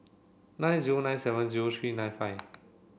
nine zero nine seven zero three nine five